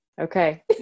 okay